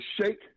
shake